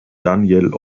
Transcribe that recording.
daniel